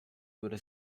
würde